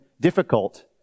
difficult